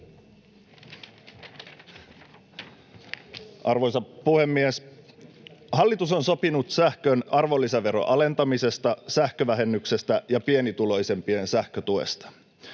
Arvoisa puhemies! Hallitus on sopinut sähkön arvonlisäveron alentamisesta, sähkövähennyksestä ja pienituloisempien sähkötuesta.